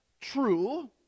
True